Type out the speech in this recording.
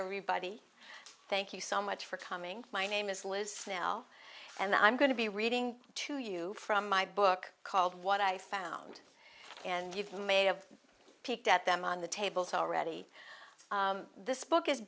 everybody thank you so much for coming my name is liz now and i'm going to be reading to you from my book called what i found and you've made a peeked at them on the tables already this book is